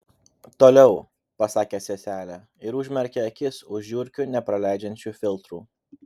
toliau pasakė seselė ir užmerkė akis už žiurkių nepraleidžiančių filtrų